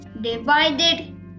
Divided